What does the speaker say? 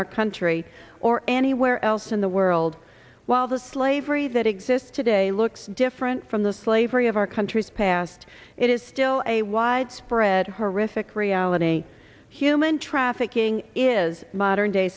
our country or anywhere else in the world while the slavery that exists today looks different from the slavery of our country's past it is still a widespread horrific reality human trafficking is modern day